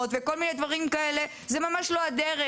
וכל מיני דברים כאלה זה ממש לא הדרך.